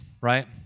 right